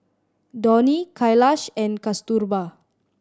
Dhoni Kailash and Kasturba